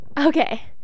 okay